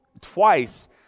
twice